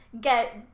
get